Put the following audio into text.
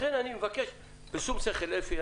לכן אני מבקש בשום שכל, אפי.